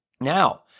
Now